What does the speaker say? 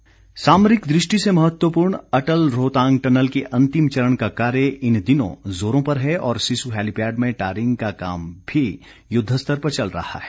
Rohtang tunnel सामरिक दृष्टि से महत्वपूर्ण अटल रोहतांग टनल का अंतिम चरण कार्य इन दिनों जोरों पर है और सिस्सु हैलीपैड में टारिंग का कार्य भी युद्धस्तर पर चल रहा है